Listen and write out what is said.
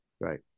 Right